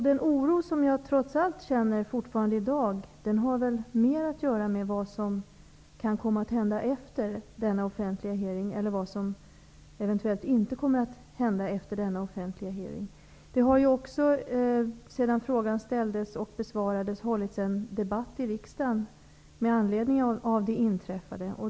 Den oro som jag trots allt fortfarande i dag känner har mer att göra med vad som kan komma att hända efter denna offentliga hearing eller vad som eventuellt inte kommer att hända efter denna offentliga hearing. Det har ju också sedan frågan ställdes hållits en debatt i riksdagen med anledning av det inträffade.